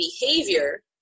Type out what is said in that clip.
behavior